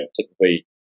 typically